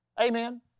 Amen